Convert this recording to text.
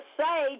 say